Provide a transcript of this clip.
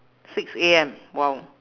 six A_M !wow!